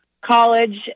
college